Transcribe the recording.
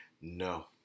No